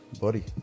Buddy